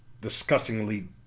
disgustingly